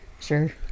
Sure